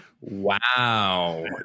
wow